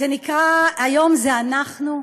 זה נקרא "היום זה אנחנו",